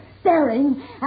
staring